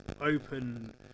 open